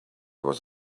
was